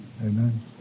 Amen